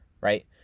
Right